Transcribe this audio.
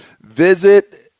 visit